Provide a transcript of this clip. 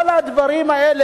כל הדברים האלה,